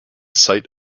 site